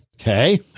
Okay